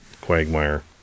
quagmire